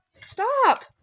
Stop